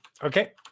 Okay